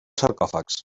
sarcòfags